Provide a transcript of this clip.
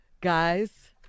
guys